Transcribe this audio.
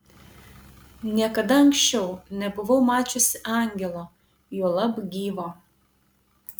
niekada anksčiau nebuvau mačiusi angelo juolab gyvo